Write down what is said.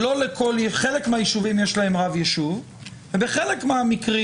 שלחלק מהיישובים יש רב יישוב ובחלק מהמקרים